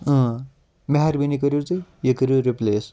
اۭں مہربٲنی کٔرِو تُہۍ یہِ کٔرِو رِپلیس